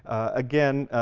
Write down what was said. again,